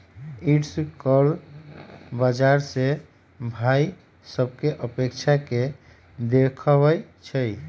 yield curve बाजार से भाइ सभकें अपेक्षा के देखबइ छइ